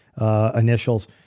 initials